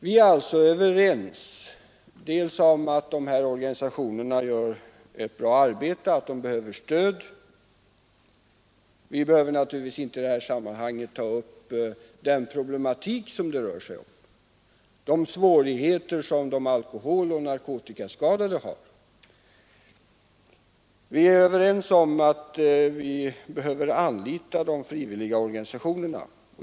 Vi är alltså överens om att dessa organisationer gör ett bra arbete och behöver stöd. I detta sammanhang är det naturligtvis inte nödvändigt att ta upp den problematik som det rör sig om, de svårigheter som de alkoholoch narkotikaskadade har. Vi är överens om att vi behöver anlita de frivilliga organisationerna.